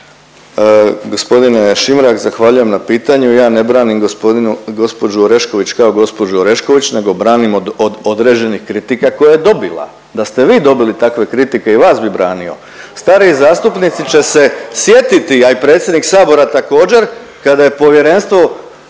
Gospodine Šimrak zahvaljujem na pitanju. Ja ne branim gospođu Orešković kao gospođu Orešković nego branim od određenih kritika koje je dobila. Da ste vi dobili takve kritike i vas bi branio. Stariji zastupnici će se sjetiti, a i predsjednik Sabora također kada je povjerenstvo